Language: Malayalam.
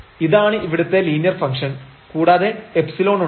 ഇതാണ് ഇവിടുത്തെ ലീനിയർ ഫംഗ്ഷൻ കൂടാതെ ϵ ഉണ്ട്